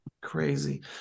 Crazy